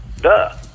Duh